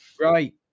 Right